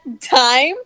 time